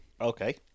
Okay